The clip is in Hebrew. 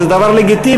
שזה דבר לגיטימי,